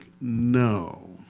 no